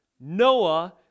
Noah